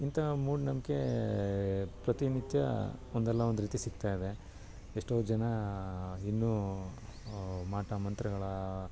ಇಂಥ ಮೂಢನಂಬಿಕೆ ಪ್ರತಿನಿತ್ಯ ಒಂದಲ್ಲ ಒಂದು ರೀತಿ ಸಿಗ್ತಾಯಿದೆ ಎಷ್ಟೋ ಜನ ಇನ್ನೂ ಮಾಟ ಮಂತ್ರಗಳ